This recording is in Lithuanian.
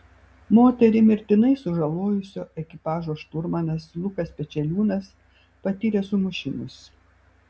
moterį mirtinai sužalojusio ekipažo šturmanas lukas pečeliūnas patyrė sumušimus